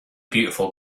beautiful